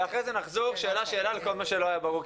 ואחרי זה נחזור שאלה-שאלה על כל מה שלא היה ברור,